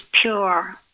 pure